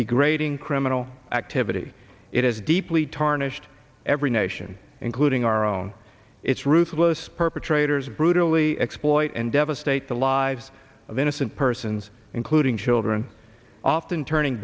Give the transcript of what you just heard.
degrading criminal activity it is deeply tarnished every nation including our own its ruthless perpetrators br literally exploit and devastate the lives of innocent persons including children often turning